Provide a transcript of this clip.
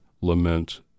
lament